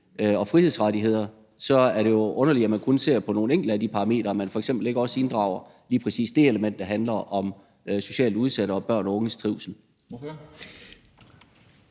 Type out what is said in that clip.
og frihedsrettigheder, så er det jo underligt, at man kun ser på nogle enkelte af de parametre, altså at man f.eks. ikke også inddrager lige præcis det element, der handler om socialt udsattes og børn og unges trivsel.